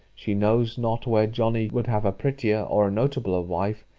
she knows not where johnny would have a prettier, or notabler wife,